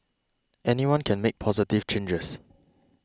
anyone can make positive changes